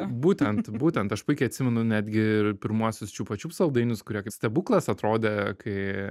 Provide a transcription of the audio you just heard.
būtent būtent aš puikiai atsimenu netgi ir pirmuosius čiupačiups saldainius kurie kaip stebuklas atrodė kai